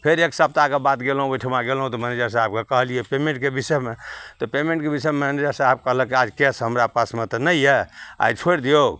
फेर एक सप्ताहके बाद गेलहुँ ओहिठाम गेलहुँ मैनेजर साहेबके कहलिए पेमेन्टके विषयमे तऽ पेमेन्टके विषयमे मैनेजर साहब कहलक कि आज कैश हमरा पासमे तऽ नहि यऽ आइ छोड़ि दिऔ